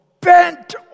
bent